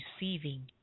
receiving